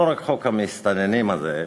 לא רק חוק המסתננים הזה,